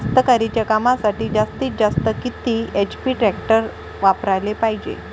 कास्तकारीच्या कामासाठी जास्तीत जास्त किती एच.पी टॅक्टर वापराले पायजे?